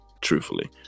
truthfully